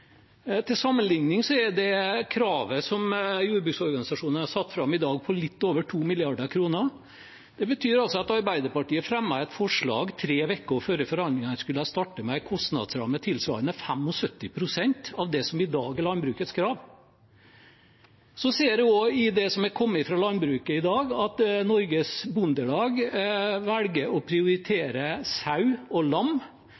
Til sammenlikning er det kravet som jordbruksorganisasjonene har satt fram i dag, på litt over 2 mrd. kr. Det betyr at Arbeiderpartiet fremmet et forslag, tre uker før forhandlingene skulle starte, med en kostnadsramme tilsvarende 75 pst. av det som i dag er landbrukets krav. Jeg ser også i det som har kommet fra landbruket i dag, at Norges Bondelag velger å prioritere sau og lam